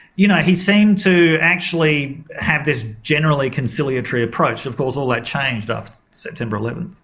you know he seemed to actually have this generally conciliatory approach. of course all that changed after september eleven.